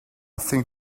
think